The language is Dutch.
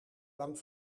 bang